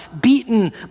beaten